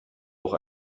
auch